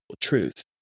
truth